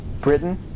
Britain